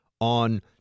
on